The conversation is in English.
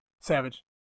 Savage